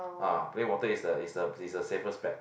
ah play water is the is the is the safest bet